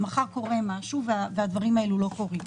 מחר קורה משהו והדברים האלו לא קורים.